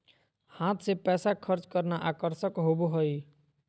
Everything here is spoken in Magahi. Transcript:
हाथ से पैसा खर्च करना आकर्षक होबो हइ